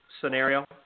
scenario